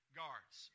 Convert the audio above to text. guards